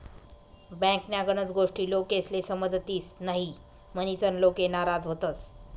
बँकन्या गनच गोष्टी लोकेस्ले समजतीस न्हयी, म्हनीसन लोके नाराज व्हतंस